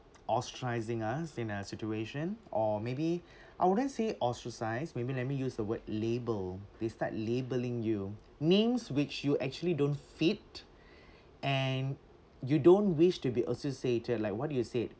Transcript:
ostracising us in a situation or maybe I wouldn't say ostracise maybe let me use the word label they start labelling you names which you actually don't fit and you don't wish to be associated like what you said